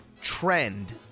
trend